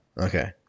Okay